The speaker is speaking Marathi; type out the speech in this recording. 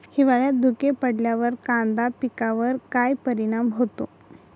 हिवाळ्यात धुके पडल्यावर कांदा पिकावर काय परिणाम होतो?